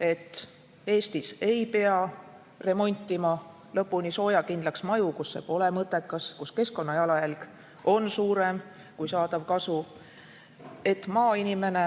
et Eestis ei pea remontima lõpuni soojakindlaks maju, kus see pole mõttekas, kus keskkonnajalajälg on suurem kui saadav kasu, et maainimene